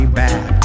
back